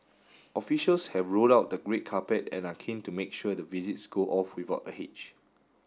officials have rolled out the great carpet and are keen to make sure the visits go off without a hitch